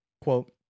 quote